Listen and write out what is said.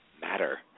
matter